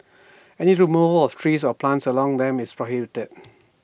any removal of trees or plants along them is prohibited